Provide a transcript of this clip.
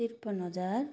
त्रिपन्न हजार